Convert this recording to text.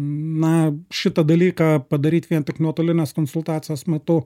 na šitą dalyką padaryt vien tik nuotolinės konsultacijos metu